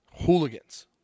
hooligans